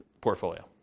portfolio